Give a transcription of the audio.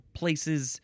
places